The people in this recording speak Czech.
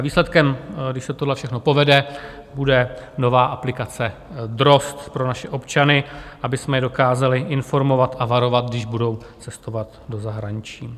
Výsledkem, když se tohle všechno povede, bude nová aplikace DROZD pro naše občany, abychom je dokázali informovat a varovat, když budou cestovat do zahraničí.